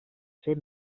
ser